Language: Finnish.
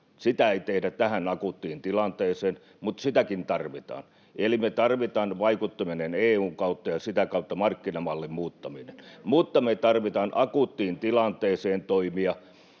Sitä ei tehdä tähän akuuttiin tilanteeseen, mutta sitäkin tarvitaan. Eli me tarvitaan vaikuttaminen EU:n kautta ja sitä kautta markkinamallin muuttaminen, mutta me tarvitaan myös toimia akuuttiin tilanteeseen.